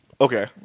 Okay